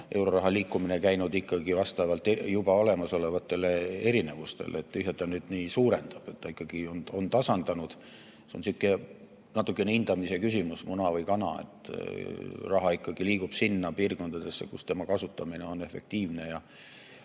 euroraha liikumine käinud ikkagi vastavalt juba olemasolevatele erinevustele. Tühja ta nüüd suurendab, ta ikkagi on tasandanud. See on sihuke natukene hindamise küsimus, kas muna või kana. Raha ikkagi liigub sinna piirkondadesse, kus selle kasutamine on efektiivne ja